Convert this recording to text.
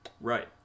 Right